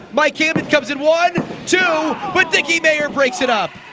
mike camden come sin one two! but dicky mayer breaks it up!